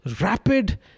rapid